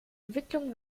entwicklung